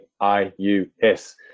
I-U-S